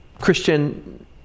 Christian